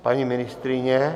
Paní ministryně?